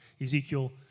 Ezekiel